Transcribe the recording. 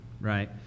right